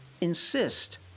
insist